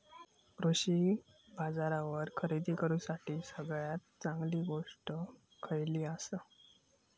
कृषी बाजारावर खरेदी करूसाठी सगळ्यात चांगली गोष्ट खैयली आसा?